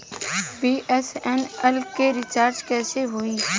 BSNL के recharge कैसे होयी?